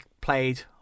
played